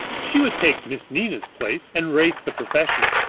she would take miss nina's place and race the professional.